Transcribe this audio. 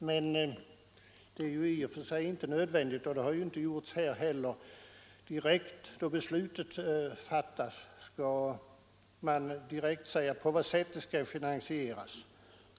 Men det är ju inte nödvändigt att man när beslut fattas direkt skall säga på vad sätt det skall finansieras.